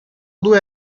due